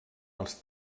els